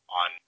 on